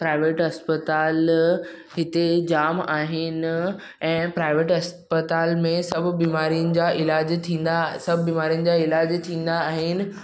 private अस्पताल हिते जामु आहिनि ऐं प्राइवेट अस्पताल में सभु बीमारियुनि जा इलाज सभु बीमारियुनि जा इलाज थींदा आहिनि